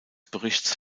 berichts